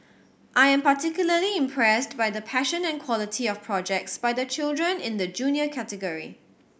I am particularly impressed by the passion and quality of projects by the children in the Junior category